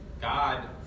God